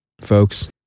folks